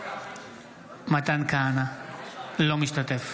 אינו משתתף